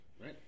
Right